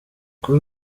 kuri